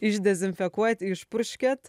išdezinfekuojat išpurškiat